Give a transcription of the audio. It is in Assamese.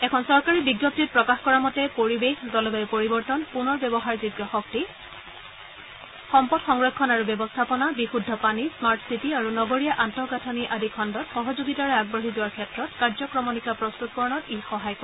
এখন চৰকাৰী বিজ্ঞপ্তিত প্ৰকাশ কৰা মতে পৰিৱেশ জলবায়ু পৰিৱৰ্তন পুনৰ ব্যৱহাৰ যোগ্য শক্তি সম্পদ সংৰক্ষণ আৰু ব্যৱস্থাপনা বিশুদ্ধ পানী স্মাৰ্ট চিটী আৰু নগৰীয়া আন্তঃগাঁঠনি আদি খণ্ডত সহযোগিতাৰে আগবাঢ়ি যোৱাৰ ক্ষেত্ৰত কাৰ্যক্ৰমনিকা প্ৰস্তত কৰণত ই সহায় কৰিব